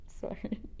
sorry